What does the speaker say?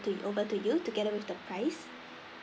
to y~ over to you together with the price